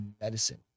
medicine